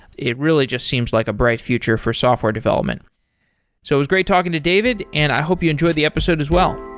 it really just seems like a bright future for software development it so was great talking to david. and i hope you enjoyed the episode as well